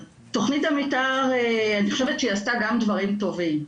תכנית המתאר אני חושבת שהיא עשתה גם דברים טובים.